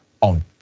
on